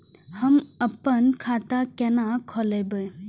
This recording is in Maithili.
हम आपन खाता केना खोलेबे?